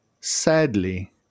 Sadly